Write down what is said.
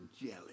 jelly